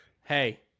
Hey